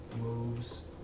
moves